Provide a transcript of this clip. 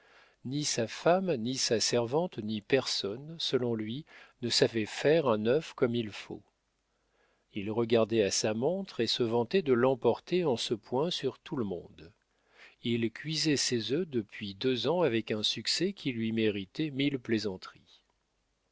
ni sa femme ni sa servante ni personne selon lui ne savait cuire un œuf comme il faut il regardait à sa montre et se vantait de l'emporter en ce point sur tout le monde il cuisait ses œufs depuis deux ans avec un succès qui lui méritait mille plaisanteries